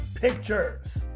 Pictures